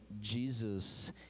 jesus